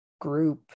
group